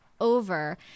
over